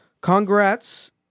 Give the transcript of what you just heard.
Congrats